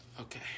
Okay